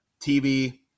TV